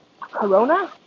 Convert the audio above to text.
Corona